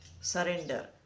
surrender